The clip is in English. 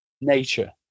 nature